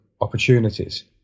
opportunities